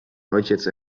ojciec